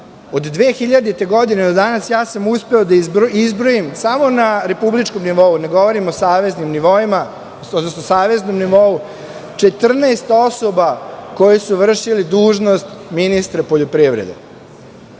Od 2000. godine do danas uspeo sam da izbrojim samo na republičkom nivou, ne govorim o saveznim nivoima, četrnaest osoba koje su vršile dužnost ministra poljoprivrede.